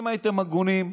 אם הייתם הגונים,